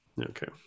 okay